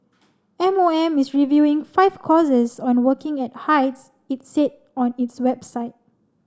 M O M is reviewing five courses on working at heights it said on its website